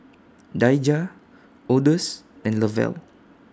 Daijah Odus and Lavelle